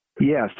Yes